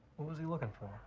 what was he looking for?